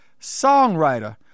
songwriter